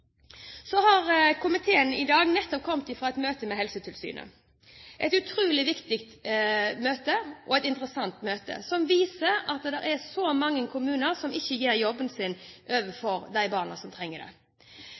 Komiteen har i dag nettopp kommet fra et møte med Helsetilsynet, et utrolig viktig og interessant møte, som viser at det er mange kommuner som ikke gjør jobben sin overfor de barna som trenger det.